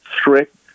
strict